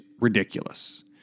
ridiculous